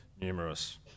numerous